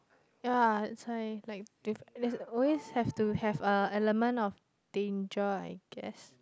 ya is like like they they always have to have a element of thin joint I guess